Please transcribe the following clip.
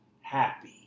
happy